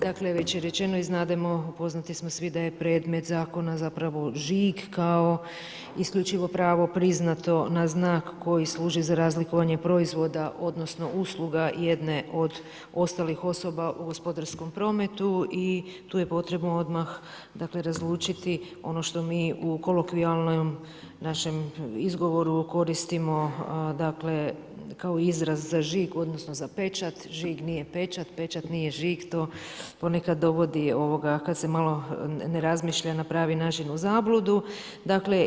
Dakle, već je rečeno i znademo upoznati smo svi da je predmet zakona zapravo žig kao isključivo pravo priznato na znak koji služi za razlikovanje proizvoda odnosno, usluga jedne od ostalih osoba u gospodarskom prometu i tu je potrebno odmah razlučiti ono što mi u kolokvijalnom našem izgovoru koristimo kao izraz za žig, odnosno za pečat, žig nije pečat, pečat nije žig to ponekad dovodi kad se malo ne razmišlja na pravi način u zabludu.